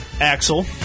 Axel